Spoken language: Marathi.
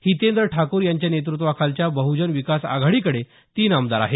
हितेंद्र ठाकूर यांच्या नेतृत्वाखालच्या बहजन विकास आघाडीकडे तीन आमदार आहेत